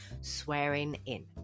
swearing-in